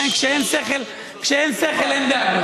כשאין שכל, אין דאגות.